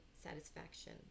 satisfaction